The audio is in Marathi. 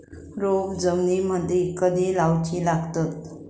रोपे जमिनीमदि कधी लाऊची लागता?